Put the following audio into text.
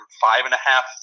five-and-a-half